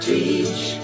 Teach